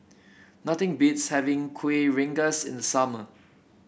nothing beats having Kuih Rengas in summer